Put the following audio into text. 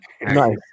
Nice